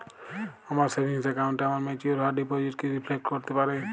আমার সেভিংস অ্যাকাউন্টে আমার ম্যাচিওর হওয়া ডিপোজিট কি রিফ্লেক্ট করতে পারে?